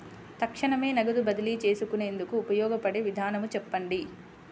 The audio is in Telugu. తక్షణమే నగదు బదిలీ చేసుకునేందుకు ఉపయోగపడే విధానము చెప్పండి?